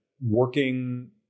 working